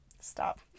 Stop